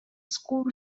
school